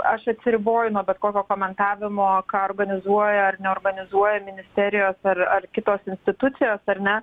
aš atsiriboju nuo bet kokio komentavimo ką organizuoja ar neorganizuoja ministerijos ar ar kitos institucijos ar ne